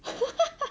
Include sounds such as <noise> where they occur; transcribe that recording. <laughs>